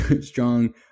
strong